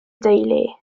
deulu